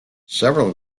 several